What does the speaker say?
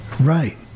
Right